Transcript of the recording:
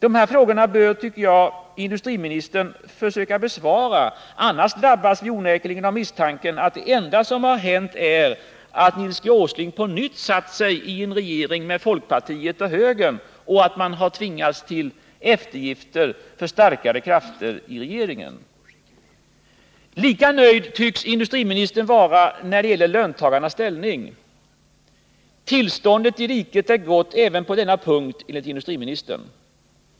De frågorna bör industriministern försöka besvara, annars drabbas vi onekligen av misstanken att det enda som har hänt är att Nils G. Åsling på nytt satt sig i en regering med folkpartiet och högern och tvingats till eftergifter åt starkare krafter i regeringen. Lika nöjd tycks industriministern vara när det gäller löntagarnas ställning. Tillståndet i riket är gott även på denna punkt, enligt industriministern.